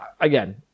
again